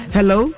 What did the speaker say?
Hello